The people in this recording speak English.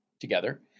together